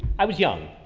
i was young,